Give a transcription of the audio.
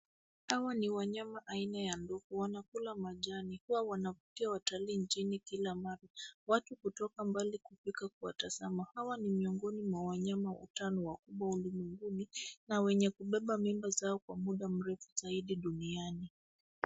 Hawa ni wanyama aina ya ndovu. Wanakula majani. Hua wanavutia watalii nchini kila mara. Watu hutoka mbali kufika kuwatazama. Hawa ni miongoni mwa wanyama tano wakubwa ulimwenguni, na wenye kubeba mimba zao kwa muda mrefu zaidi duniani.